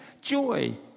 joy